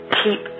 keep